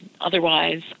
otherwise